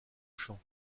chant